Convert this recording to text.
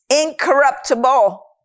incorruptible